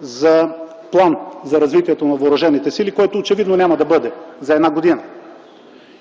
за план за развитието на въоръжените сили, който очевидно няма да бъде за една година.